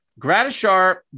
Gratishar